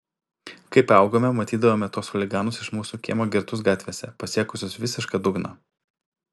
kai paaugome matydavome tuos chuliganus iš mūsų kiemo girtus gatvėse pasiekusius visišką dugną